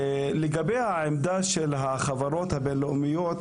לגבי העמדה של החברות הבין-לאומיות,